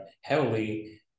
heavily